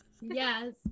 Yes